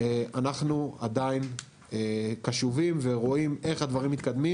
אנחנו עדיין קשובים ורואים איך הדברים מתקדמים